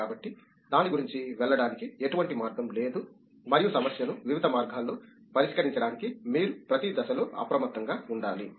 కాబట్టి దాని గురించి వెళ్ళడానికి ఎటువంటి మార్గం లేదు మరియు సమస్యను వివిధ మార్గాల్లో పరిష్కరించడానికి మీరు ప్రతి దశలో అప్రమత్తంగా ఉండాలి